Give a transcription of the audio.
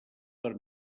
per